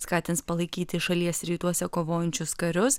skatins palaikyti šalies rytuose kovojančius karius